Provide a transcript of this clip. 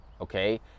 Okay